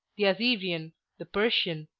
the assyrian, the persian,